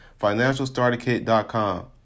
financialstarterkit.com